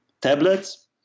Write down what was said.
Tablets